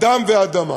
אדם ואדמה.